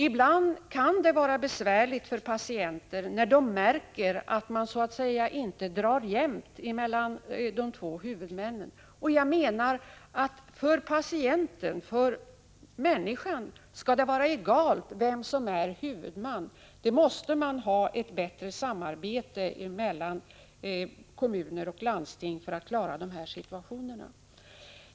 Ibland kan det vara besvärligt för patienter när de märker att de två huvudmännen så att säga inte drar jämt. För patienten, för människan, skall det vara egalt vem som är huvudman. Det krävs ett bättre samarbete mellan kommuner och landsting för att klara dessa situationer.